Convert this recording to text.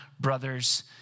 brothers